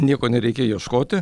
nieko nereikia ieškoti